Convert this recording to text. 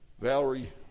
Valerie